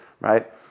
right